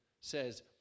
says